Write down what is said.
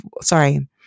sorry